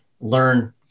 learn